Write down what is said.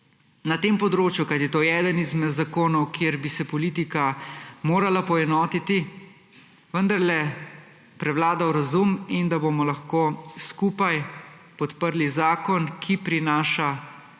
na tem področju, kajti to je eden izmed zakonov, kjer bi se politika morala poenotiti, vendarle prevladal razum in da bomo lahko skupaj podprli zakon, ki prinaša lažje,